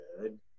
good